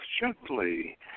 gently